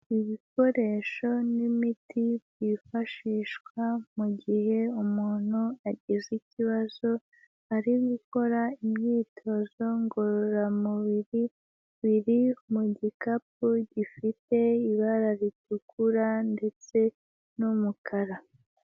Ibikoresho n'imiti byifashishwa mu gihe umuntu agize ikibazo ari gukora imyitozo ngororamubiri, biri mu gikapu gifite ibara ritukura ndetse n'umukara.